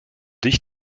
dicht